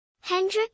Hendrik